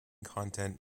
content